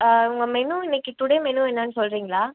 உங்க மெனு இன்னைக்கு today menu என்னன்னு சொல்றீங்களா